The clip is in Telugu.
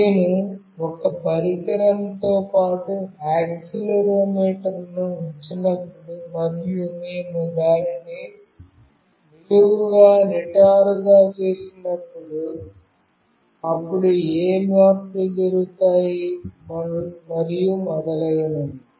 నేను ఒక పరికరంతో పాటు యాక్సిలెరోమీటర్ను ఉంచినప్పుడు మరియు మేము దానిని నిలువుగా నిటారుగా చేసినప్పుడు అప్పుడు ఏ మార్పులు జరుగుతాయి మరియు మొదలైనవి